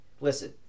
Listen